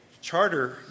charter